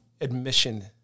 admission